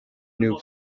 new